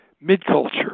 Mid-culture